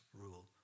rule